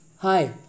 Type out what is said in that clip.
Hi